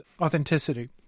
authenticity